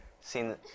seen